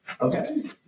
Okay